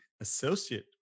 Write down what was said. associate